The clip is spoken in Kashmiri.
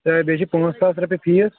تہٕ بیٚیہِ چھِ پانٛژھ ساس رۄپیہِ فیٖس